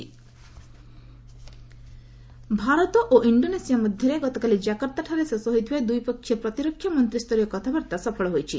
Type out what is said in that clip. India Indonesia Bharat ଓ Indonesia ମଧ୍ୟରେ ଗତକାଲି ଜାକର୍ତ୍ତାଠାରେ ଶେଷ ହୋଇଥିବା ଦ୍ୱିପକ୍ଷିୟ ପ୍ରତିରକ୍ଷା ମନ୍ତ୍ରୀୟ କଥାବାର୍ଭା ସଫଳ ହୋଇଛି